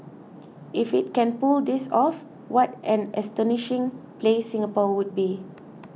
if it can pull this off what an astonishing place Singapore would be